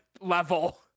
level